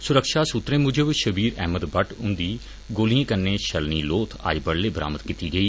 सुरक्षा सुत्रे मूजब शब्बीरअहमद भटट हुंदी गोलिएं कन्नै छलनी लोथ अज्ज बडलै बरामद कीती गेई